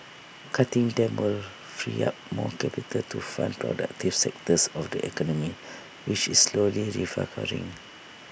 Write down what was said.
cutting them would free up more capital to fund productive sectors of the economy which is slowly